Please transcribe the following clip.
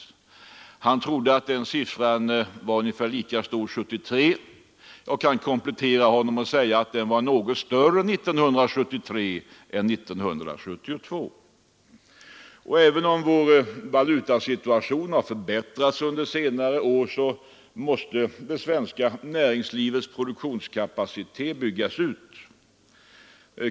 Herr Sjönell trodde att den siffran var ungefär lika stor 1973. Jag kan komplettera hans uttalande och säga att antalet konkurser var något större 1973 än 1972. Och även om vår valutasituation har förbättrats under senare år måste det svenska näringslivets produktionskapacitet byggas ut.